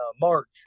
March